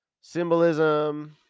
symbolism